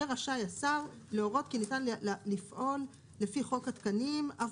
יהיה רשאי השר להורות כי ניתן לפעול לפי חוק התקנים אף